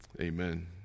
Amen